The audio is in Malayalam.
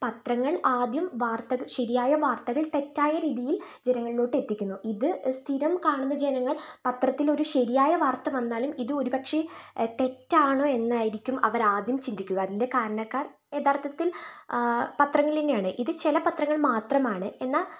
പത്രങ്ങൾ ആദ്യം വാർത്തകൾ ശരിയായ വാർത്തകൾ തെറ്റായ രീതിയിൽ ജനങ്ങളിലോട്ട് എത്തിക്കുന്നു ഇത് സ്ഥിരം കാണുന്ന ജനങ്ങൾ പത്രത്തിലൊരു ശരിയായ വാർത്ത വന്നാലും ഇത് ഒരുപക്ഷെ തെറ്റാണോ എന്നായിരിക്കും അവരാദ്യം ചിന്തിക്കുക അതിൻ്റെ കാരണക്കാർ യഥാർത്ഥത്തിൽ പത്രങ്ങളെന്നെയാണ് ഇത് ചില പത്രങ്ങൾ മാത്രമാണ് എന്നാ